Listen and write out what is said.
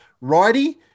Righty